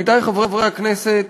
עמיתי חברי הכנסת,